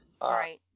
right